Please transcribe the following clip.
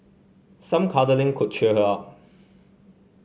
some cuddling could cheer her up